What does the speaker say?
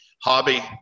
hobby